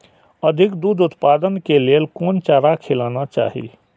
अधिक दूध उत्पादन के लेल कोन चारा खिलाना चाही?